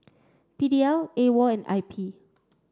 P D L AWOL and I P